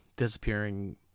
disappearing